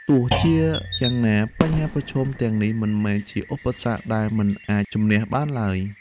ទោះជាយ៉ាងណា បញ្ហាប្រឈមទាំងនេះមិនមែនជាឧបសគ្គដែលមិនអាចជម្នះបានឡើយ។